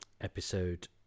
episode